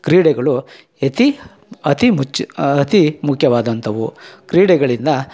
ಈ ಕ್ರೀಡೆಗಳು ಅತಿ ಅತೀ ಮುಚ್ ಅತೀ ಮುಖ್ಯವಾದಂಥವು ಕ್ರೀಡೆಗಳಿಂದ